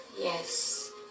Yes